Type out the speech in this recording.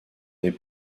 des